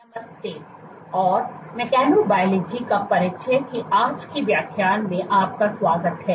नमस्ते और mechanobiology का परिचय की आज की व्याख्यान में आपका स्वागत हैं